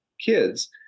kids